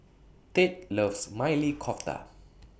Tate loves Maili Kofta